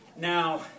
Now